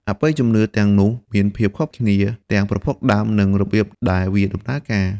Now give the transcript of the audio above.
អបិយជំនឿទាំងនោះមានភាពខុសគ្នាទាំងប្រភពដើមនិងរបៀបដែលវាដំណើរការ។